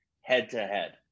head-to-head